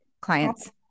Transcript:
clients